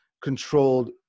controlled